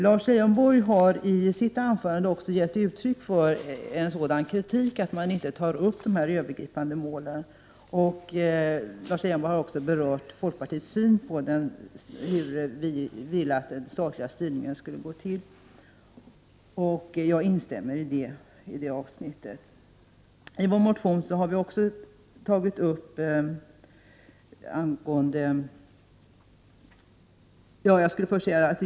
Lars Leijonborg har i sitt anförande gett uttryck för kritik mot att man inte tar upp dessa övergripande mål. Han har också berört folkpartiets syn på hur den statliga styrningen av utbildningens innehåll bör gå till. Jag instämmer i det avsnittet.